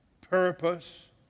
purpose